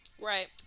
Right